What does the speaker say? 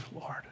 Lord